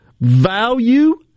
value